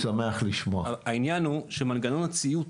זה עניין של תיוג,